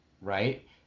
right